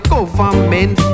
Government